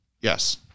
Yes